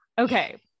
Okay